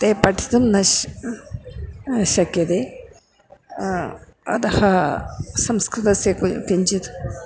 ते पठितुं न श् शक्यते अतः संस्कृतस्य किञ्चित्